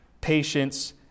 patience